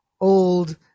old